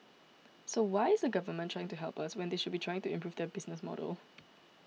so why is the Government trying to help when they should be trying to improve their business model